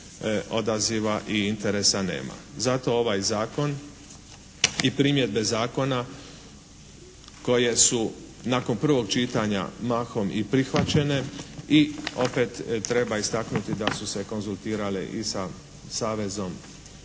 odaziva i interesa nema. Zato ovaj Zakon i primjedbe zakona koje su nakon prvo čitanja mahom i prihvaćene i opet treba istaknuti da su se konzultirale i sa savezom,